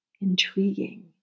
intriguing